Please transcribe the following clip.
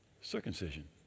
circumcision